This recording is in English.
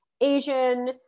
Asian